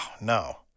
no